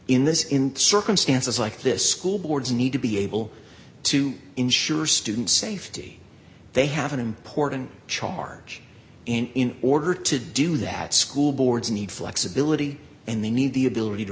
in this in circumstances like this school boards need to be able to ensure student safety they have an important charge in order to do that school boards need flexibility and they need the ability to